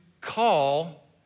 call